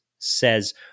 Says